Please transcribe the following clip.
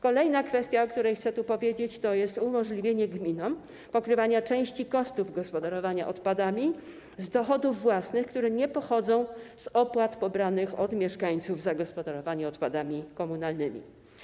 Kolejna kwestia, o której chcę tu powiedzieć, to jest umożliwienie gminom pokrywania części kosztów gospodarowania odpadami z dochodów własnych, które nie pochodzą z opłat pobranych od mieszkańców za gospodarowanie odpadami komunalnymi.